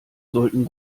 sollten